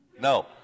No